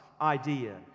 idea